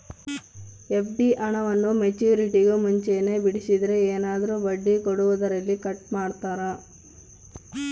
FD ಹಣವನ್ನು ಮೆಚ್ಯೂರಿಟಿಗೂ ಮುಂಚೆನೇ ಬಿಡಿಸಿದರೆ ಏನಾದರೂ ಬಡ್ಡಿ ಕೊಡೋದರಲ್ಲಿ ಕಟ್ ಮಾಡ್ತೇರಾ?